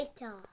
Later